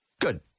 Good